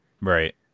right